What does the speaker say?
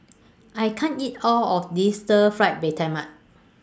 I can't eat All of This Stir Fry Mee Tai Mak